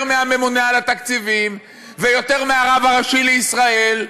יותר מהממונה על התקציבים ויותר מהרב הראשי לישראל.